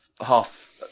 half